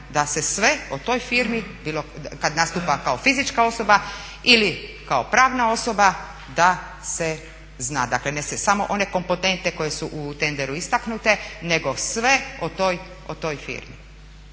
da se sve o toj firmi bilo kad nastupa kao fizička osoba ili kao pravna osoba da se zna. Dakle, ne samo one komponente koje su u tenderu istaknute, nego sve o toj firmi